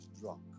drunk